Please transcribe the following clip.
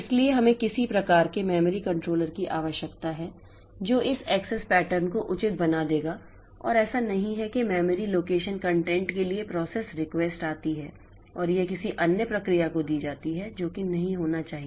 इसलिए हमें किसी प्रकार के मेमोरी कंट्रोलर की आवश्यकता है जो इस एक्सेस पैटर्न को उचित बना देगा और ऐसा नहीं है कि मेमोरी लोकेशन कंटेंट के लिए एक प्रोसेस रिक्वेस्ट आती है और यह किसी अन्य प्रक्रिया को दी जाती है जो कि नहीं होनी चाहिए